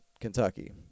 Kentucky